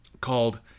called